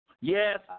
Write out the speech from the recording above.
Yes